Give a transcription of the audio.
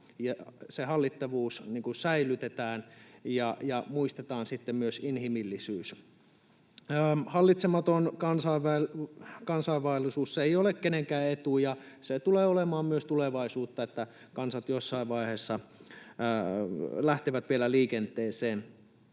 hallittavuus säilytetään ja muistetaan sitten myös inhimillisyys. Hallitsematon kansainvaellus ei ole kenenkään etu, ja se tulee olemaan myös tulevaisuutta, että kansat jossain vaiheessa lähtevät vielä liikenteeseen.